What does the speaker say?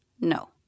No